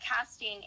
casting